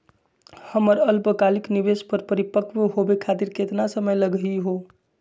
हमर अल्पकालिक निवेस क परिपक्व होवे खातिर केतना समय लगही हो?